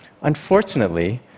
Unfortunately